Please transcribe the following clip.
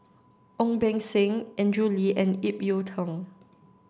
Ong Beng Seng Andrew Lee and Ip Yiu Tung